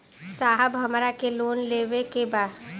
साहब हमरा के लोन लेवे के बा